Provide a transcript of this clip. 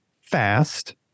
fast